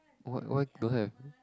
what what don't have